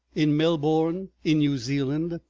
in melbourne, in new zealand,